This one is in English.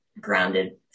grounded